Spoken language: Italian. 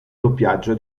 doppiaggio